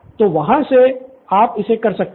तो वहाँ से आप इसे कर सकते हैं